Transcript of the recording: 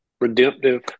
redemptive